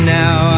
now